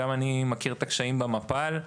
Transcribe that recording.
גם אני מכיר את הקשיים במפ"ל,